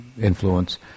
influence